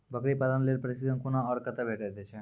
बकरी पालन के लेल प्रशिक्षण कूना आर कते भेटैत छै?